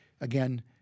again